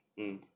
mm